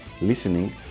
listening